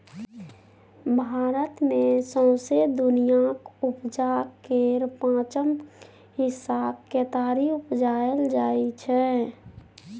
भारत मे सौंसे दुनियाँक उपजाक केर पाँचम हिस्साक केतारी उपजाएल जाइ छै